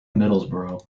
middlesbrough